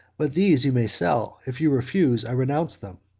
but these you may sell if you refuse, i renounce them.